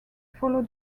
follow